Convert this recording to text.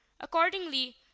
Accordingly